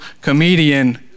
comedian